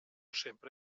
sempre